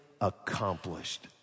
accomplished